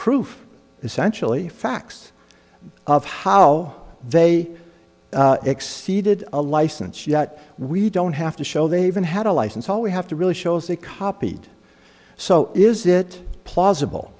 proof essentially facts of how they exceeded a license yet we don't have to show they even had a license all we have to really shows they copied so is it plausible